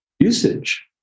usage